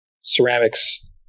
ceramics